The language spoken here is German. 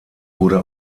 wurde